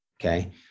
okay